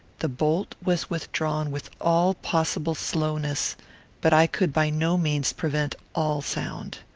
the bolt was withdrawn with all possible slowness but i could by no means prevent all sound.